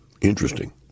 Interesting